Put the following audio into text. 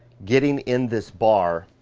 getting in this bar,